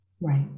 Right